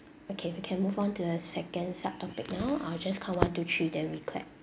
okay we can move on to the second sub topic now I will just count one two three then we clap